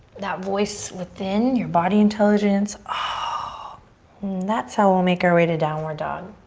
that voice within, your body intelligence. ah that's how we'll make our way to downward dog.